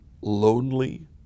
lonely